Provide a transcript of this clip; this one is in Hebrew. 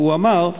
הוא אמר,